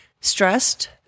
stressed